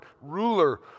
ruler